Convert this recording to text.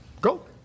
Go